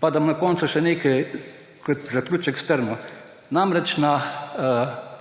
Pa bi na koncu še nekaj kot zaključek strnil. Na